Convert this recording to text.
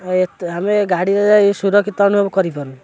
ଆମେ ଗାଡ଼ି ସୁରକ୍ଷିତ ଅନୁଭବ କରିପାରୁନୁ